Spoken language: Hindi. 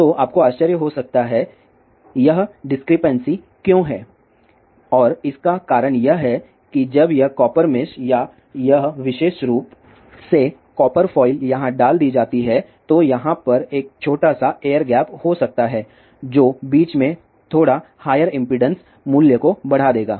तो आपको आश्चर्य हो सकता है यह डिस्क्रिपन्सी क्यों है और इसका कारण यह है कि जब यह कॉपर मेश या यह विशेष रूप से कॉपर फॉइल यहां डाल दी जाती है तो यहां पर एक छोटा सा एयर गैप हो सकता है जो बीच में थोड़ा हायर इम्पीडेन्स मूल्य को बढ़ा देगा